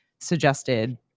suggested